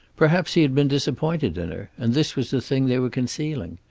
perhaps he had been disappointed in her, and this was the thing they were concealing.